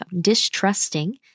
distrusting